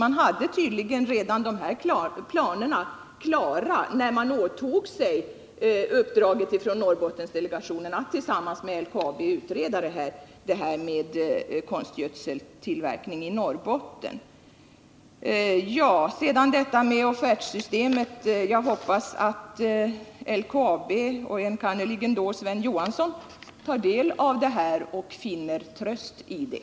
Man hade tydligen planerna för detta klara redan när man åtog sig uppdraget från Norrbottendelegationen att tillsammans med LKAB utreda konstgödseltillverkning i Norrbotten. När det gäller offertsystemet hoppas jag att LKAB, enkannerligen Sven Johansson, tar del av det här och finner tröst i det.